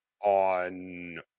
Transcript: on